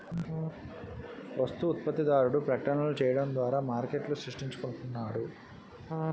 వస్తు ఉత్పత్తిదారుడు ప్రకటనలు చేయడం ద్వారా మార్కెట్ను సృష్టించుకుంటున్నాడు